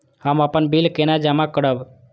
हम अपन बिल केना जमा करब?